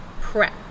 prep